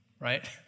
right